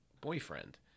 boyfriend